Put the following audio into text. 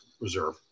reserve